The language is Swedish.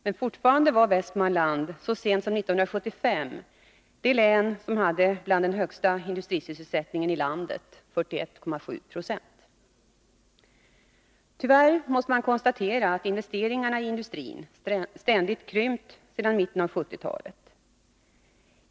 Men fortfarande var Västmanland så sent som 1975 ett av de län som hade den högsta industrisysselsättningen i landet, 41,7 Io. Tyvärr måste man konstatera att investeringarna i industrin ständigt har krympt sedan mitten av 1970-talet.